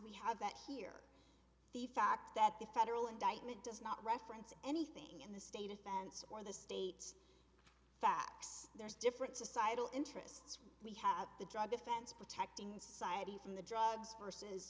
we have that here the fact that the federal indictment does not reference anything in the state offense or the state's facts there's different societal interests we have the drug offense protecting society from the drugs versus